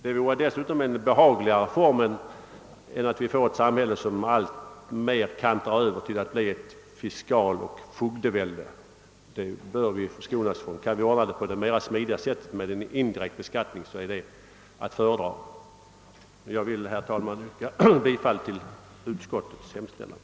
Det vore dessutom behagligare än att få ett samhälle som alltmer kantrar över till ett fiskaloch fogdevälde — det bör vi förskonas från. Kan vi ordna det på det smidigare sättet med indirekt beskattning, är detta att föredra. Jag yrkar, herr talman, bifall till utskottets hemställan.